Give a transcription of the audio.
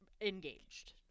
engaged